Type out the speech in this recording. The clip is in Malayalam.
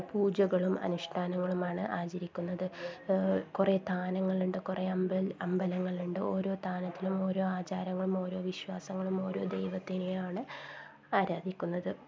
പൂജകളും അനുഷ്ഠാനങ്ങളുമാണ് ആചരിക്കുന്നത് കുറേ താനങ്ങളുണ്ട് കുറേ അമ്പ അമ്പലങ്ങളുണ്ട് ഓരോ താനത്തിലും ഓരോ ആചാരങ്ങളും ഓരോ വിശ്വാസങ്ങളും ഓരോ ദൈവത്തിനെയാണ് ആരാധിക്കുന്നത്